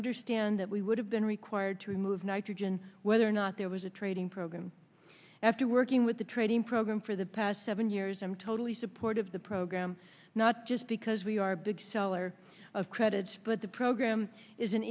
understand that we would have been required to remove nitrogen whether or not there was a trading program after working with the trading program for the past seven years i'm totally support of the program not just because we are a big seller of credits but the program is an